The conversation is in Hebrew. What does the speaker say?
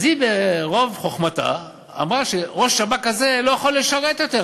אז היא ברוב חוכמתה אמרה שראש השב"כ הזה לא יכול לשרת יותר,